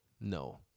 No